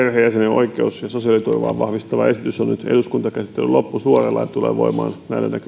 oikeus ja sosiaaliturvaa vahvistava esitys on nyt eduskuntakäsittelyn loppusuoralla ja tulee voimaan näillä näkymin ensimmäinen seitsemättä yhdeksäntoista alkaen